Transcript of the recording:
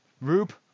Rube